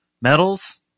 medals